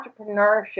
entrepreneurship